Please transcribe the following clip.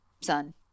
son